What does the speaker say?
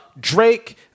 Drake